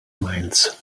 mainz